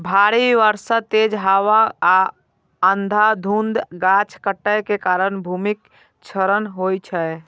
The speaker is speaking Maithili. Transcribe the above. भारी बर्षा, तेज हवा आ अंधाधुंध गाछ काटै के कारण भूमिक क्षरण होइ छै